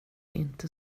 inte